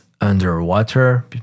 underwater